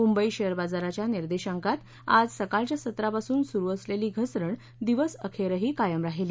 Mumbai share बाजाराच्या निर्देशांकात आज सकाळच्या सत्रापासून सुरु असलेली घसरण दिवसअखेरही कायम राहिली